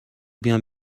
بیام